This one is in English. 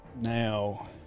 Now